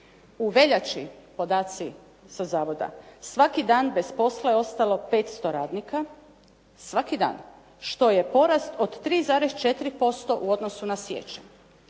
U veljači podaci sa zavoda. Svaki dan bez posla je ostalo 500 radnika, svaki dan, što je porast od 3,4% u odnosu na siječanj.